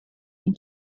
him